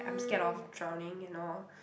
I'm scared of drowning and all